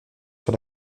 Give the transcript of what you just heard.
sur